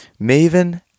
Maven